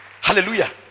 Hallelujah